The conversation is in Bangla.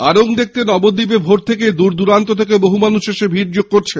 আরং দেখতে নবদ্বীপে ভোর থেকেই দূর দূরান্ত থেকে বহু মানুষ এসে ভিড় জমাচ্ছে